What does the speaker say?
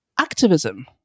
Activism